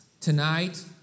tonight